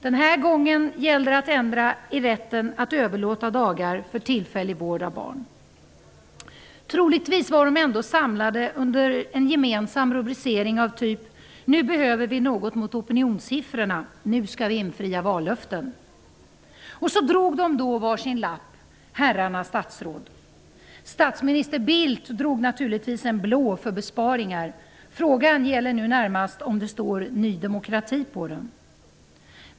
Den gången gällde det att ändra i rätten att överlåta dagar för tillfällig vård av barn. Troligtvis var de ändå samlade under en gemensam rubricering av typ ''Nu behöver vi något mot opinionssiffrorna'' och ''Nu ska vi infria vallöften!'' Och så tog de då var sin lapp -- herrarna statsråd. Statsminister Bildt drog naturligtvis en blå lapp för besparingar. Frågan gäller nu närmast om det står Ny demokrati på den.